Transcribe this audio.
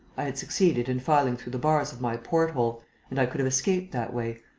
i had succeeded in filing through the bars of my port-hole and i could have escaped that way,